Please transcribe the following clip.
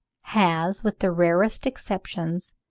has, with the rarest exceptions,